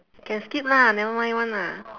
can skip lah nevermind one lah